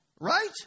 right